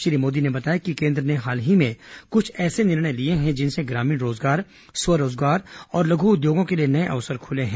श्री मोदी ने बताया कि केन्द्र ने हाल ही में कुछ ऐसे निर्णय लिये है जिनसे ग्रामीण रोजगार स्व रोजगार और लघु उद्योगों के लिए नये अवसर खुले हैं